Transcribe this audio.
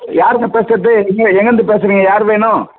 யாருங்க பேசுறது எங்கே எங்கிருந்து பேசுறீங்க யார் வேணும்